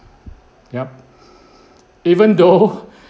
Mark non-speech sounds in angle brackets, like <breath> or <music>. yup <breath> even though